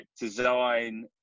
design